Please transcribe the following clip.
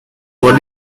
what